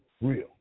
Real